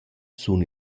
sun